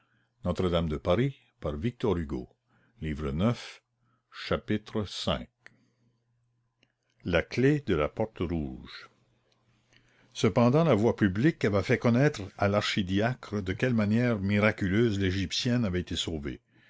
pierre v la clef de la porte rouge cependant la voix publique avait fait connaître à l'archidiacre de quelle manière miraculeuse l'égyptienne avait été sauvée